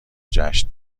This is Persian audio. جشن